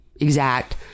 exact